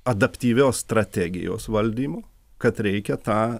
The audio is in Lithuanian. adaptyvios strategijos valdymo kad reikia tą